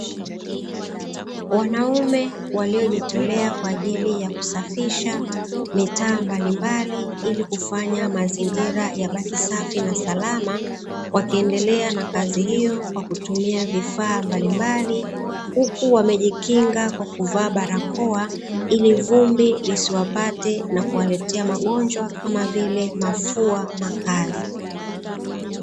Wanaume waliyojitolea kwa ajili ya kusafisha mitaa mbalimbali ili kufanya mazingira yabaki safi na salama, wakiendelea na kazi hiyo kwa kutumia vifaa mbalimbali, huku wamejikinga kwa kuvaa barakoa ili vumbi lisiwapate na kuwaletea magonjwa kama vile mafua makali.